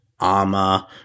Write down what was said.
armor